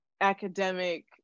academic